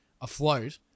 afloat